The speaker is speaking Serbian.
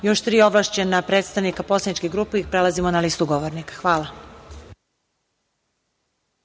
još tri ovlašćena predstavnika poslaničkih grupa i prelazimo na listu govornika. Hvala.(Posle